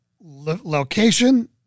location